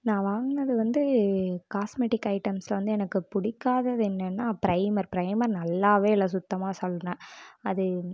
நான் வாங்கினது வந்து காஸ்மெட்டிக் ஐட்டம்ஸில் வந்து எனக்கு பிடிக்காதது என்னன்னா ப்ரைமர் ப்ரைமர் நல்லாவே இல்லை சுத்தமாக சொல்லுறேன் அது